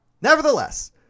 nevertheless